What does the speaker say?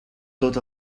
tot